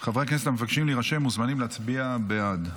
חברי הכנסת המבקשים להירשם מוזמנים להצביע בעד,